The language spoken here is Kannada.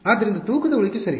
ಆದ್ದರಿಂದ ತೂಕದ ಉಳಿಕೆ ಸರಿ